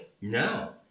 No